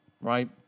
right